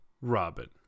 Robin